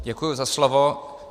Děkuji za slovo.